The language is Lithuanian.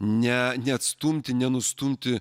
ne neatstumti nenustumti